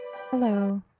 Hello